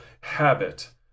habit